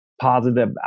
positive